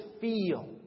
feel